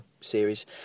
series